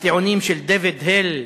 הטיעונים של דייוויד הייל,